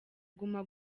guma